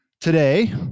Today